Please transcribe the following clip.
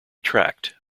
tracked